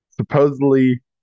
supposedly